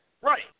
Right